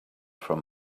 from